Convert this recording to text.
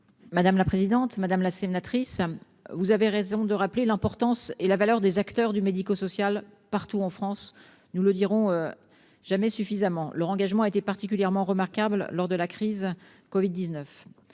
déléguée. Madame la sénatrice, vous avez raison de rappeler l'importance des acteurs du secteur médico-social partout en France- nous ne le dirons jamais assez ! Leur engagement a été particulièrement remarquable lors de la crise du covid-19